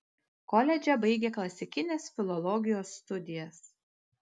koledže baigė klasikinės filologijos studijas